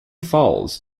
falls